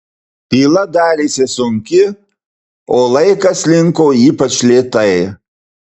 tyla darėsi sunki o laikas slinko ypač lėtai